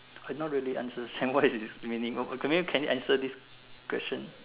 I not really understand what this meaning okay maybe can you answer this question